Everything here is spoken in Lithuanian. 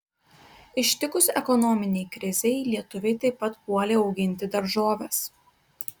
ištikus ekonominei krizei lietuviai taip pat puolė auginti daržoves